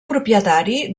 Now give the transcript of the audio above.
propietari